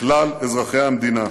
לכלל אזרחי המדינה.